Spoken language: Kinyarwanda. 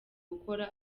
gukora